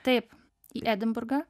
taip į edinburgą